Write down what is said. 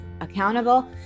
accountable